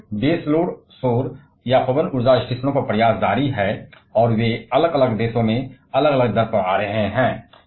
बेशक base load सौर या पवन ऊर्जा स्टेशनों पर प्रयास जारी है और वे अलग अलग देशों में अलग अलग दर पर आ रहे हैं